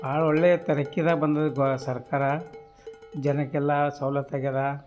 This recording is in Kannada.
ಭಾಳ ಒಳ್ಳೆಯ ತರಕ್ಕೀರ ಬಂದದ ಸರ್ಕಾರ ಜನಕ್ಕೆಲ್ಲ ಸವಲತ್ತು ಆಗ್ಯಾದ